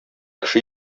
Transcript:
кеше